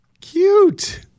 cute